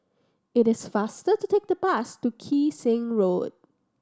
it is faster to take the bus to Kee Seng Street